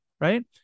Right